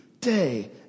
day